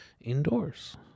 Indoors